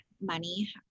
money